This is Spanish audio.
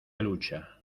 lucha